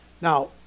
Now